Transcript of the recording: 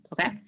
okay